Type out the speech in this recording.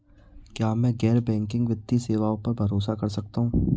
क्या मैं गैर बैंकिंग वित्तीय सेवाओं पर भरोसा कर सकता हूं?